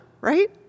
right